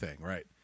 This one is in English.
Right